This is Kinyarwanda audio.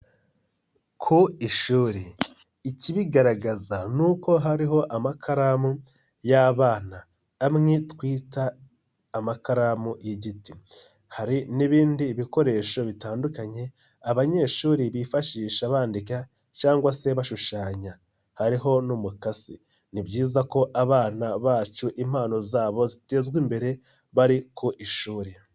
Ku ishuri ikibigaragaza ni uko hariho amakaramu y'abana amwe twita amakaramu y'igiti, hari n'ibindi bikoresho bitandukanye abanyeshuri bifashisha bandika cyangwa se bashushanya hariho n'umukasi, ni byiza ko abana bacu impano zabo zitezwa imbere bari ku ishuri.